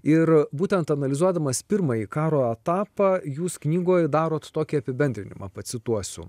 ir būtent analizuodamas pirmąjį karo etapą jūs knygoj darot tokį apibendrinimą pacituosiu